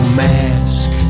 mask